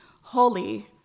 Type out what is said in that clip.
Holy